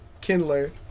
Kindler